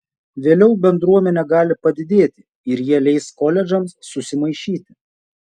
vėliau bendruomenė gali padidėti ir jie leis koledžams susimaišyti